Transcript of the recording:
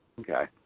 Okay